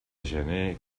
gener